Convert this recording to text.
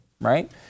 Right